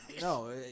No